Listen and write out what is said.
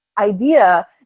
idea